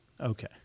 okay